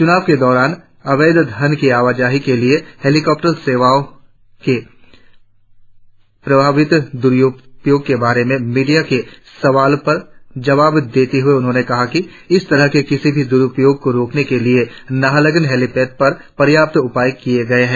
चुनाव के दौरान अवैध धन की अबाजाही के लिए हेलिकॉप्टर सेवाओं के संभावित दुरुपयोग के बारे में मीडिया के सवालों का जवाब देते हुए उन्होंने कहा कि इस तरह के किसी भी दुरुपयोग को रोकने के लिए नाहरलगुन हेलीपैड पर पर्याप्त उपाय किए गए हैं